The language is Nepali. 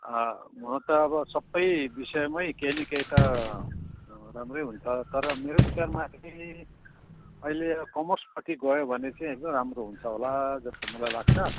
हुन त अब सबै विषयमै केही न केही त राम्रै हुन्छ तर मेरो विचारमा अलिक अहिले कमर्सपट्टि गयो भने चाहिँ एकदम राम्रो हुन्छ होला जस्तो मलाई लाग्छ